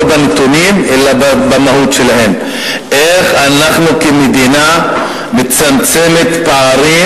לא בנתונים אלא במהות שלהם איך אנחנו כמדינה מצמצמים פערים